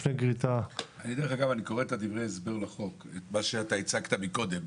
אני קורא את דברי ההסבר להצעת החוק,